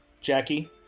Jackie